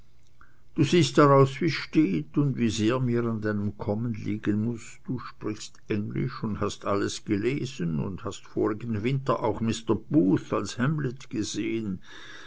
du siehst daraus wie's steht und wie sehr mir an deinem kommen liegen muß du sprichst englisch und hast alles gelesen und hast vorigen winter auch mister booth als hamlet gesehen